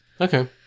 Okay